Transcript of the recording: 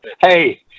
Hey